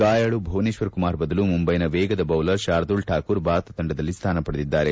ಗಾಯಾಳು ಭುವನೇಶ್ವರ್ ಕುಮಾರ್ ಬದಲು ಮುಂಬೈನ ವೇಗದ ಬೌಲರ್ ಶಾರ್ದೂಲ್ ಠಾಕೂರ್ ಭಾರತ ತಂಡದಲ್ಲಿ ಸ್ಥಾನ ಪಡೆದಿದ್ದಾರೆ